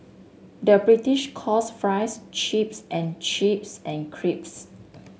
the British calls fries chips and chips and crisps